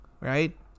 right